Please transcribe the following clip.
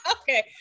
Okay